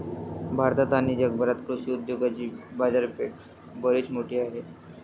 भारतात आणि जगभरात कृषी उद्योगाची बाजारपेठ बरीच मोठी आहे